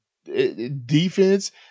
Defense